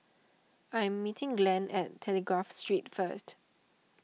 I am meeting Glenn at Telegraph Street first